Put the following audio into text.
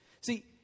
See